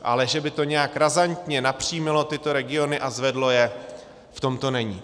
Ale že by to nějak razantně napřímilo tyto regiony a zvedlo je, v tom to není.